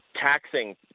taxing